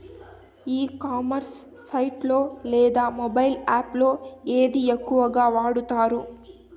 ఈ commerce site లో లేదా మొబైల్ యాప్ లో ఏది ఎక్కువగా వాడుతారు?